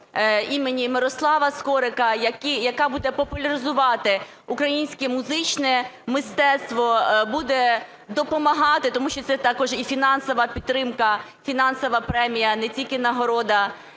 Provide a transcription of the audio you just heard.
імені Мирослава Скорика, яка буде популяризувати українське музичне мистецтво, буде допомагати. Тому що це також і фінансова підтримка, фінансова премія, не тільки нагорода